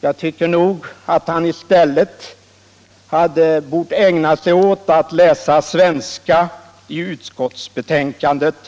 Jag tycker nog att herr Werner i stället borde ha ägnat sig åt att läsa svenska i utskottsbetänkandet.